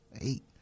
eight